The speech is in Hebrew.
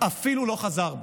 אפילו לא חזר בו.